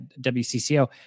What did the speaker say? WCCO